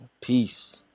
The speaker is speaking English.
peace